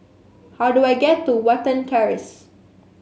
how do I get to Watten Terrace